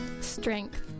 Strength